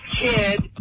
kid